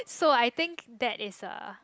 so I think that is a